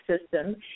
system